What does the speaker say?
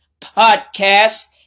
podcast